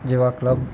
જેવાં ક્લબ